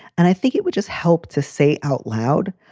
and i think it would just help to say out loud,